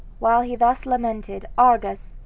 while he thus lamented, argus,